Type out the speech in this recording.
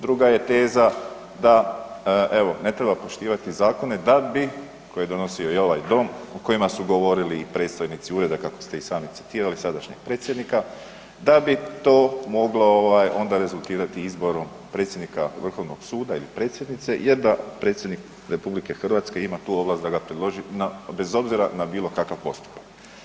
Druga je teza da evo, ne treba poštivati zakone da bi, koje je donosio i ovaj dom, kojima su govorili i predstojnici ureda kako ste i sami citirali sadašnjeg Predsjednika, da bi to moglo onda rezultirati izborom predsjednika Vrhovnog suda ili predsjednice je da Predsjednik RH ima tu ovlast da ga predloži bez obzira na bilokakav postupak.